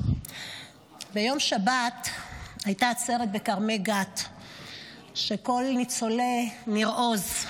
ביום שבת הייתה עצרת בכרמי גת עם כל ניצולי ניר עוז.